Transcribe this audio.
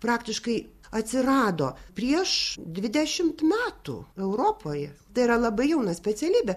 praktiškai atsirado prieš dvidešimt metų europoje tai yra labai jauna specialybė